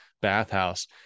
bathhouse